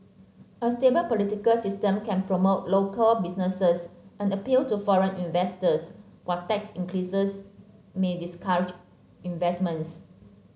a stable political system can promote local businesses and appeal to foreign investors while tax increases may discourage investments